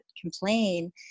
complain